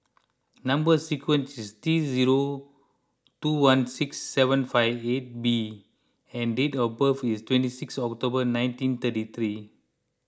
Number Sequence is T zero two one six seven five eight B and date of birth is twenty six October nineteen thirty three